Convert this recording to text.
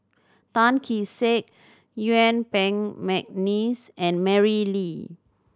Tan Kee Sek Yuen Peng McNeice and Mary Lim